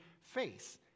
face